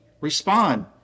respond